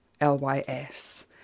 LYS